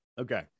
Okay